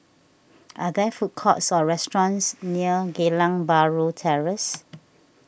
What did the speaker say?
are there food courts or restaurants near Geylang Bahru Terrace